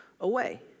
away